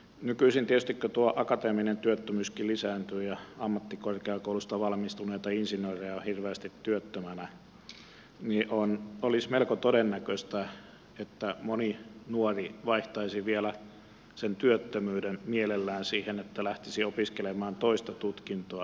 nykyisin tietysti kun akateeminen työttömyyskin lisääntyy ja ammattikorkeakou luista valmistuneita insinöörejä on hirveästi työttömänä olisi melko todennäköistä että moni nuori vaihtaisi vielä sen työttömyyden mielellään siihen että lähtisi opiskelemaan toista tutkintoa